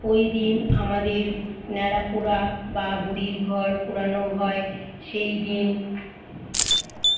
ওই দিন আমাদের ন্যাড়াপোড়া বা বুড়ির ঘর পোড়ানো হয় সেই দিন